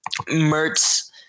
Mertz